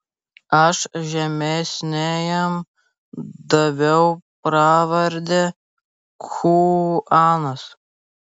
aš žemesniajam daviau pravardę chuanas